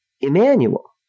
Emmanuel